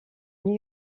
new